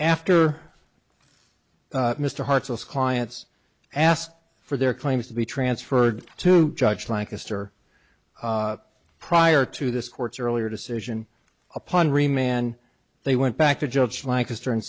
after mr hartsell clients asked for their claims to be transferred to judge lancaster prior to this court's earlier decision upon re man they went back to judge lancaster and